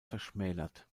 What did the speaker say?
verschmälert